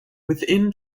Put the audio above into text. within